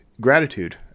gratitude